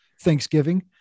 thanksgiving